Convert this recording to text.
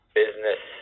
business